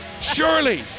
surely